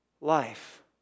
life